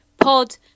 Pod